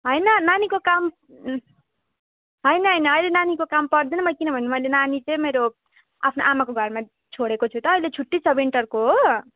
होइन नानीको काम होइन होइन अहिले नानीको काम पर्दैन मैले किनभने मैले नानी चाहिँ मेरो आफ्नो आमाको घरमा छोडेको छु त अहिले छुट्टी छ विन्टरको हो